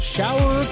Shower